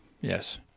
yes